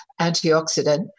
antioxidant